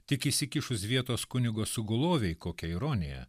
tik įsikišus vietos kunigo sugulovei kokia ironija